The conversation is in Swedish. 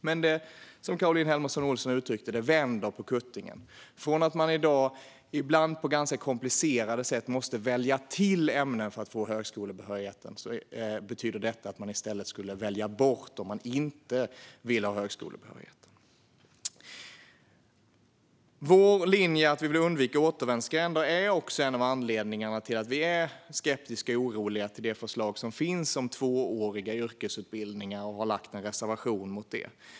Men, som Caroline Helmersson Olsson uttryckte det, det vänder på kuttingen. Från att man i dag på ibland ganska komplicerade sätt måste välja till ämnen för att få högskolebehörighet betyder detta att man i stället skulle välja bort ämnen om man inte vill ha högskolebehörighet. Vår linje - att vi vill undvika återvändsgränder - är också en av anledningarna till att vi är skeptiska till och oroliga över förslaget om tvååriga yrkesutbildningar. Vi har därför en reservation om detta.